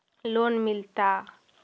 Loan मिलता?